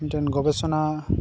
ᱢᱤᱫᱴᱮᱱ ᱜᱚᱵᱮᱥᱚᱱᱟ